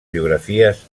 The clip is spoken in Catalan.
biografies